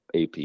AP